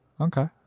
Okay